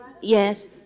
Yes